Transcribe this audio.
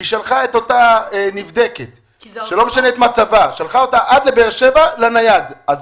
והיא שלחה את אותה נבדקת להיבדק במכשיר הנייד בבאר שבע?